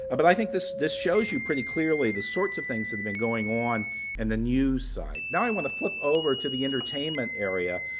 but i think this this shows you pretty clearly the sorts of things have been going on in and the news side. now i want to flip over to the entertainment area,